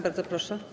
Bardzo proszę.